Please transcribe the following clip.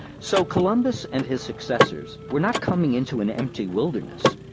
so, columbus and his successors were not coming into an empty wilderness,